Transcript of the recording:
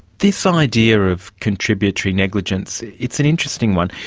this um idea of contributory negligence, it's an interesting one.